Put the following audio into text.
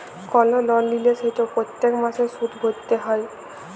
call লল লিলে সেট প্যত্তেক মাসে সুদ ভ্যইরতে হ্যয়